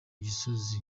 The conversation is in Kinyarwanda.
gisozi